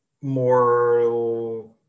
more